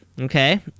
Okay